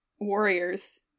Warriors